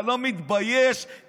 אתה מצנזר